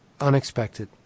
unexpected